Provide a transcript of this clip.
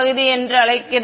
மாணவர் எவனெஸ்ஸ்ண்ட் அலைகள்